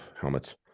Helmets